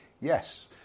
Yes